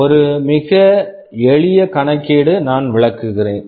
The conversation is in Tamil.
ஒரு மிக எளிய கணக்கீடு நான் விளக்குகிறேன்